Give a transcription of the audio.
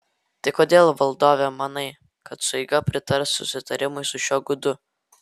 tai kodėl valdove manai kad sueiga pritars susitarimui su šiuo gudu